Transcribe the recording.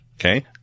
Okay